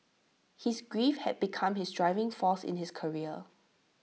his grief had become his driving force in his career